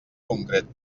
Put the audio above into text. concret